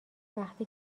وقتی